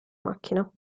macchina